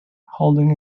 holding